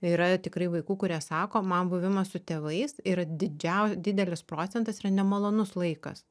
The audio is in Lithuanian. yra tikrai vaikų kurie sako man buvimas su tėvais yra didžiau didelis procentas yra nemalonus laikas